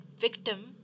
victim